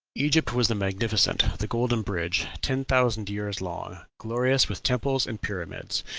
egypt was the magnificent, the golden bridge, ten thousand years long, glorious with temples and pyramids,